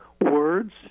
words